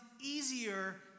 easier